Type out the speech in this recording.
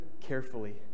carefully